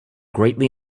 greatly